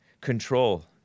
control